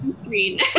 screen